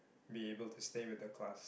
be able to stay with the class